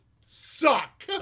suck